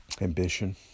ambition